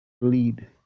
lead